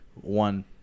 One